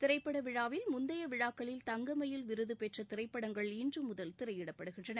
திரைப்பட விழாவில் முந்தைய விழாக்களில் தங்க மயில் விருது பெற்ற திரைப்படங்கள் இன்று முதல் திரையிடப்படுகின்றன